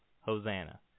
Hosanna